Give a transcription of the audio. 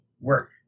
work